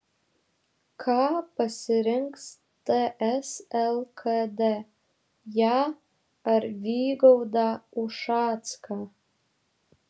ką pasirinks ts lkd ją ar vygaudą ušacką